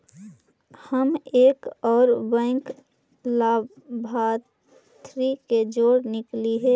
हम एक और बैंक लाभार्थी के जोड़ सकली हे?